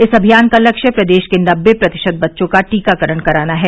इस अभियान का लक्ष्य प्रदेश के नबे प्रतिशत बच्चों का टीकाकरण कराना है